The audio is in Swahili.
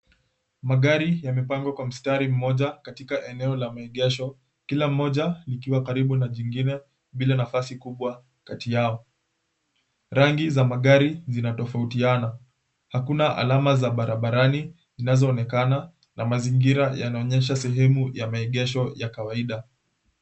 Magari yamepangwa kwa mstari mmoja katika eneo la maegesho kila mmoja likiwa karibu na jingine bila nafasi kubwa kati yao, rangi za magari zina tofautiana, hakuna alama za barabarani zinazoonekana na mazingira yanaonyesha sehemu ya maegesho ya kawaida.